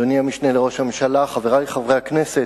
תודה, אדוני המשנה לראש הממשלה, חברי חברי הכנסת,